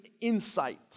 insight